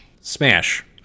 Smash